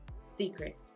Secret